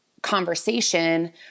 conversation